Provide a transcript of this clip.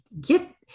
get